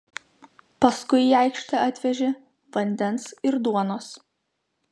paskui į aikštę atvežė vandens ir duonos